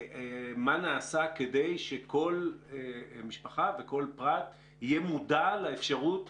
מה נעשה כדי שכל משפחה וכל פרט יהיה מודע לאפשרות